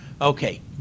Okay